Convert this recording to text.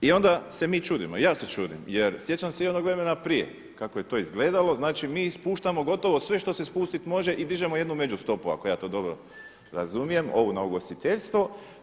I onda se mi čudimo, ja se čudim jer sjećam se i onog vremena prije kako je to izgledalo, znači mi ispuštamo gotovo sve što se ispustiti može i dižemo jednu međustopu ako ja to dobro razumijem, ovu na ugostiteljstvo.